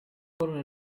colonel